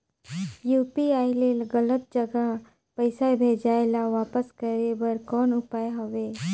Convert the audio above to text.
UPI ले गलत जगह पईसा भेजाय ल वापस करे बर कौन उपाय हवय?